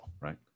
right